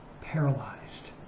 paralyzed